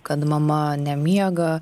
kad mama nemiega